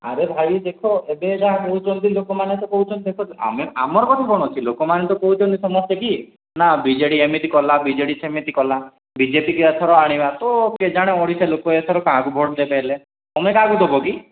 ଆରେ ଭାଇ ଦେଖ ଏବେ ଯାହା କହୁଛନ୍ତି ଲୋକମାନେ ତ କହୁଛନ୍ତି ଦେଖନ୍ତୁ ଆମେ ଆମର କ'ଣ ଅଛି ଲୋକମାନେ ତ କହୁଛନ୍ତି ସମସ୍ତେ କି ନା ବି ଜେ ଡ଼ି ଏମିତି କଲା ବି ଜେ ଡ଼ି ସେମିତି କଲା ବିଜେପିକି ଏଥର ଆଣିବା ତ କେଜାଣି ଓଡ଼ିଶା ଲୋକ ଏଥର କାହାକୁ ଭୋଟ୍ ଦେବେ ହେଲେ ତୁମେ କାହାକୁ ଦେବ କି